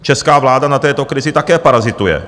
Česká vláda na této krizi také parazituje.